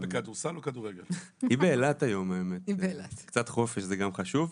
היא קצת בחופש וזה גם חשוב.